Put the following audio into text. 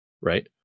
Right